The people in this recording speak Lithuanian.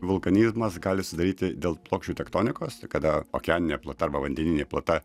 vulkanizmas gali sudaryti dėl plokščių tektonikos kada okeaninė pluta arba vandeninė pluta